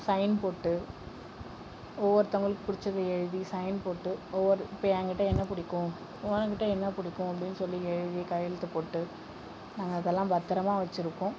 sign போட்டு ஒவ்வொருத்தவங்களுக்கு பிடிச்சத எழுதி சைன் போட்டு ஒவ்வொரு இப்போ என்கிட்ட என்ன பிடிக்கும் உன்கிட்ட என்ன பிடிக்கும் அப்படின்னு சொல்லி எழுதி கையெழுத்து போட்டு நாங்கள் அதெல்லாம் பத்திரமா வச்சுருக்கோம்